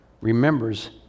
remembers